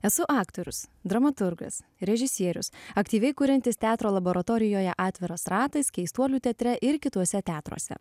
esu aktorius dramaturgas režisierius aktyviai kuriantis teatro laboratorijoje atviras ratas keistuolių teatre ir kituose teatruose